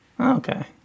Okay